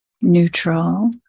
neutral